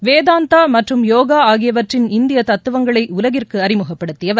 வேதாந்தா மற்றம் யோகா ஆகியவற்றின் இந்திய தத்துவங்களை உலகிற்கு அறிமுகப்படுத்தியவர்